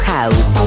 House